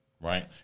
right